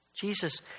Jesus